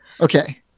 Okay